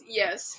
yes